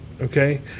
Okay